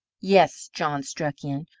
yes, john struck in,